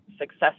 success